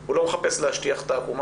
--- הוא לא מנסה להשטיח את העקומה,